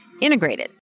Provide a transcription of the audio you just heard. integrated